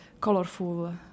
colorful